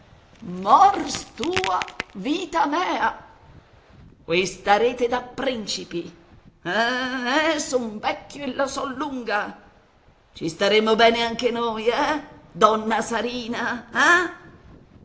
tua vita mea qui starete da principi eh eh son vecchio e la so lunga ci staremmo bene anche noi eh donna sarina eh